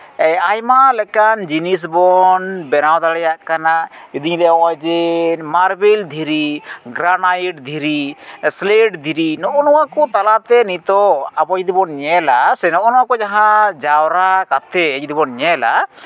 ᱟᱭᱢᱟ ᱞᱮᱠᱟᱱ ᱡᱤᱱᱤᱥ ᱵᱚᱱ ᱵᱮᱱᱟᱣ ᱫᱟᱲᱮᱭᱟᱜ ᱠᱟᱱᱟ ᱫᱤᱱ ᱨᱮ ᱱᱚᱜᱼᱚᱭ ᱡᱮ ᱢᱟᱨᱵᱮᱞ ᱫᱷᱤᱨᱤ ᱜᱨᱟᱱᱟᱭᱤᱴ ᱫᱷᱤᱨᱤ ᱥᱞᱮᱴ ᱫᱷᱤᱨᱤ ᱱᱚᱜᱼᱚ ᱱᱚᱣᱟᱠᱚ ᱛᱟᱞᱟᱛᱮ ᱱᱤᱛᱚᱜ ᱟᱵᱚ ᱡᱩᱫᱤᱵᱚᱱ ᱧᱮᱞᱟ ᱥᱮ ᱱᱚᱜᱼᱚ ᱱᱚᱣᱟᱠᱚ ᱡᱟᱦᱟᱸ ᱡᱟᱣᱨᱟ ᱠᱟᱛᱮ ᱡᱩᱫᱤ ᱵᱚᱱ ᱧᱮᱞᱟ